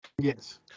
Yes